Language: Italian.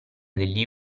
degli